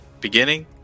beginning